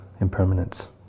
impermanence